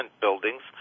buildings